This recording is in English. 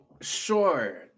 sure